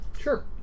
Sure